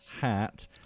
hat